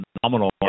phenomenal